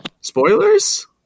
Spoilers